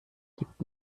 gibt